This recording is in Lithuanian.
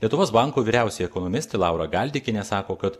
lietuvos banko vyriausioji ekonomistė laura galdikienė sako kad